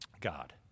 God